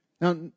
Now